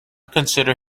consider